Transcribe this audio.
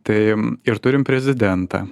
tai ir turim prezidentą